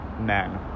men